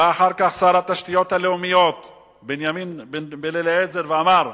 בא אחר כך שר התשתיות הלאומיות בנימין בן-אליעזר ואמר: